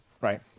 Right